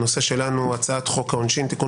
הנושא שלנו הוא הצעת חוק העונשין (תיקון